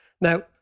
Now